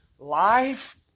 Life